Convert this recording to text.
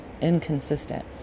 inconsistent